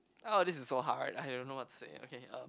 oh this is so hard I don't know what to say ah okay um